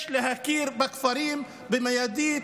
יש להכיר בכפרים מיידית.